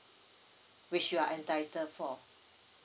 which you are entitled for